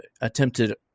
attempted